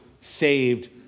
saved